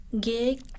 gig